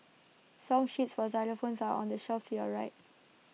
song sheets for xylophones are on the shelf to your right